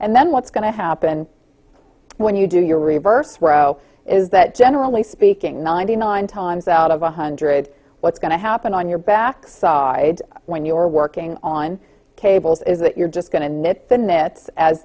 and then what's going to happen when you do your reverse roe is that generally speaking ninety nine times out of one hundred what's going to happen on your backside when you're working on cables is that you're just going to knit the knit as